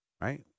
right